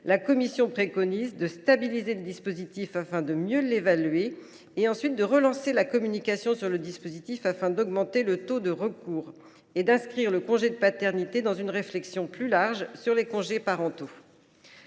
La commission préconise donc de stabiliser le dispositif afin de mieux l’évaluer, de relancer la communication sur celui ci afin d’augmenter le taux de recours, et d’inscrire le congé de paternité dans une réflexion plus large sur les congés parentaux.